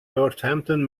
northampton